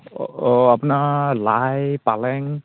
অঁ আপোনাৰ লাই পালেং